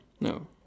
No